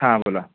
हां बोला